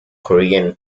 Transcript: korean